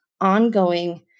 ongoing